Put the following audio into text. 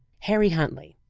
harry huntley.